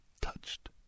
touched